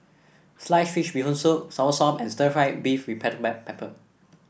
Sliced Fish Bee Hoon Soup Soursop and Stir Fried Beef with Black Pepper